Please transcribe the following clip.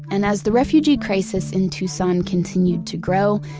and as the refugee crisis in tucson continued to grow,